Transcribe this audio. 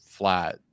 flat